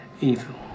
evil